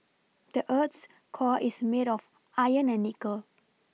the earth's core is made of iron and nickel